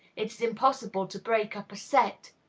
it impossible to break up a set.